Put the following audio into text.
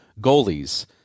goalies